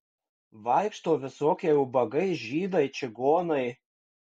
vaikšto visokie ubagai žydai čigonai